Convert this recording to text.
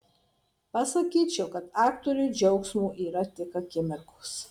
pasakyčiau kad aktoriui džiaugsmo yra tik akimirkos